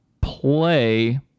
play